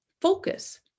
focus